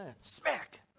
smack